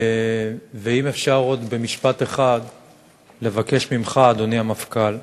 ואם אפשר עוד במשפט אחד לבקש ממך, אדוני המפכ"ל,